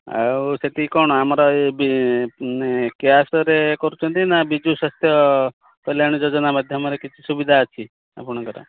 ଆଉ ସେଠି କ'ଣ ଆମର ଏ ବି କ୍ୟାସ୍ରେ କରୁଛନ୍ତି ନାଁ ବିଜୁ ସ୍ୱାସ୍ଥ୍ୟ କଲ୍ୟାଣ ଯୋଜନା ମାଧ୍ୟମରେ କିଛି ସୁବିଧା ଅଛି ଆପଣଙ୍କର